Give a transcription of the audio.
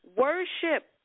worship